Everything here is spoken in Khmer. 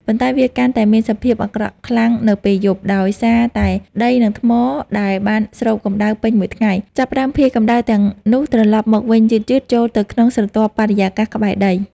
ប៉ុន្តែវាកាន់តែមានសភាពអាក្រក់ខ្លាំងនៅពេលយប់ ដោយសារតែដី និងថ្មដែលបានស្រូបកម្ដៅពេញមួយថ្ងៃ ចាប់ផ្តើមភាយកម្ដៅទាំងនោះត្រឡប់មកវិញយឺតៗចូលទៅក្នុងស្រទាប់បរិយាកាសក្បែរដី។